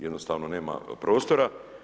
Jednostavno nema prostora.